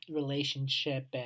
relationship